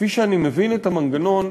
כפי שאני מבין את המנגנון,